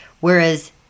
whereas